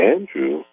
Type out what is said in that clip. Andrew